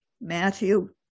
Matthew